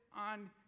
on